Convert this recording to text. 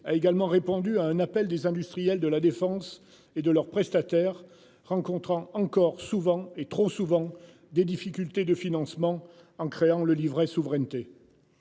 a également répondu à un appel des industriels de la défense et de leurs prestataires rencontrant encore souvent et trop souvent des difficultés de financement en créant le livret souveraineté.